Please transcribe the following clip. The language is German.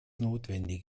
notwendig